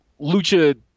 lucha